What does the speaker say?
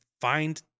find